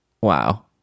wow